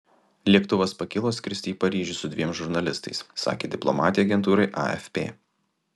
lėktuvas pakilo skristi į paryžių su dviem žurnalistais sakė diplomatė agentūrai afp